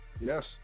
Yes